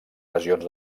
regions